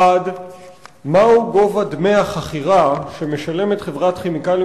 1. מה הוא גובה דמי החכירה שמשלמת חברת "כימיקלים